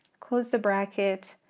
close the bracket,